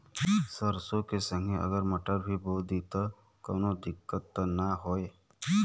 सरसो के संगे अगर मटर भी बो दी त कवनो दिक्कत त ना होय?